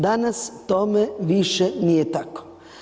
Danas tome više nije tako.